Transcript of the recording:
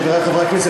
חברי חברי הכנסת,